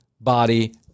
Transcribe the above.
body